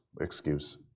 excuse